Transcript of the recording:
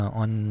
on